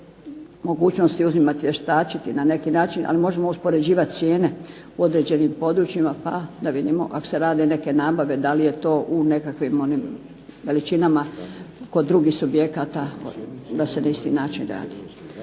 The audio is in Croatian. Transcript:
mogućnosti uzimati, vještačiti na neki način ali možemo uspoređivati cijene u određenim područjima pa da vidimo ako se rade neke nabave da li je to u nekakvim onim veličinama kod drugih subjekata da se na isti način radi.